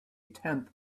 tenth